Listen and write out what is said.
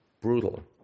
brutal